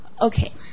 Okay